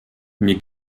mir